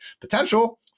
potential